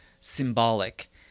symbolic